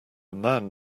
man